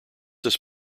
this